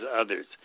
others